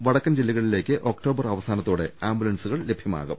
വടക്കൻ ജില്ലകളിലേക്ക് ഒക്ടോബർ അവസാനത്തോടെ ആംബു ലൻസുകൾ ലഭ്യമാകും